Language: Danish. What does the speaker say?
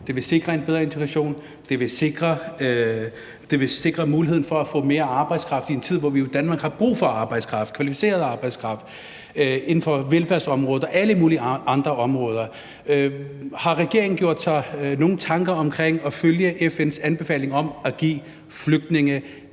Det vil sikre en bedre integration. Det vil sikre muligheden for at få mere arbejdskraft i en tid, hvor Danmark har brug for arbejdskraft, kvalificeret arbejdskraft, inden for velfærdsområdet og alle mulige andre områder. Har regeringen gjort sig nogen tanker om at følge FN's anbefaling om at give flygtninge